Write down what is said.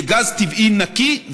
בגז טבעי נקי,